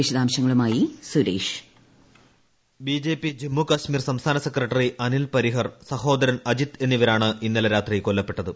വിശദാംശങ്ങളുമായി സുരേഷ് ബിജെപി ജമ്മുകശ്മീർ സംസ്ഥാന സെക്രട്ടറി അനിൽ പരിഹർ സഹോദരൻ അജിത് എന്നിവരാണ് കൊല്ലപ്പെട്ടത്